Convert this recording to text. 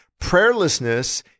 Prayerlessness